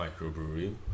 microbrewery